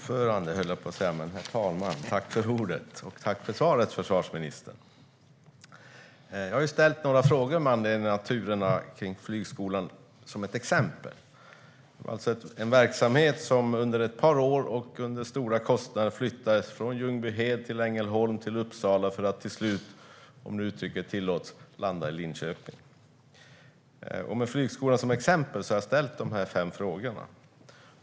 Herr talman! Tack för svaret, försvarsministern! Jag har ställt några frågor med turerna kring Flygskolan som exempel. Det är alltså en verksamhet som under ett par år och till stora kostnader flyttades från Ljungbyhed till Ängelholm till Uppsala för att till slut - om uttrycket tillåts - landa i Linköping. Med Flygskolan som exempel har jag ställt fem frågor.